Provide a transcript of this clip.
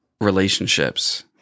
relationships